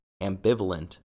ambivalent